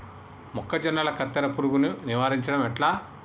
మొక్కజొన్నల కత్తెర పురుగుని నివారించడం ఎట్లా?